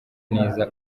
neza